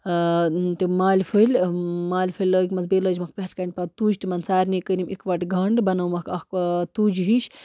تِم مالہِ پھٔلۍ مالہِ پھٔلۍ لٲگۍمَس بیٚیہِ لٲجمَکھ پٮ۪ٹھ کَنہِ پَتہٕ تُج تِمَن سارنی کٔرِم یِکوَٹہٕ گَنٛڈ بنٲومَکھ اَکھ تُج ہِش